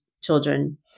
children